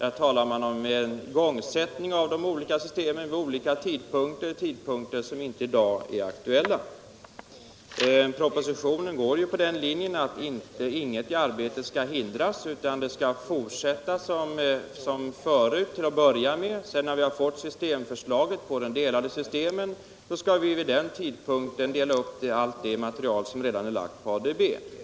Här talar man om igångsättning av de olika systemen vid olika tidpunkter tidpunkter som inte i dag är aktuella. Propositionen går ju på den linjen, att ingen del av arbetet skall hindras, utan arbetet skall fortsätta som förut till att börja med. Sedan, när vi fått förslaget om de delade systemen, skall vi dela upp allt det material som redan är lagt på ADB.